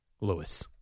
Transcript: Lewis